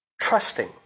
Trusting